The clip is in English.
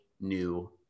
new